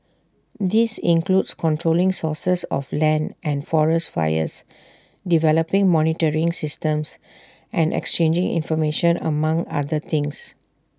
this includes controlling sources of land and forest fires developing monitoring systems and exchanging information among other things